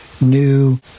new